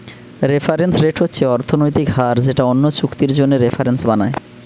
reference rate হচ্ছে অর্থনৈতিক হার যেটা অন্য চুক্তির জন্যে রেফারেন্স বানায়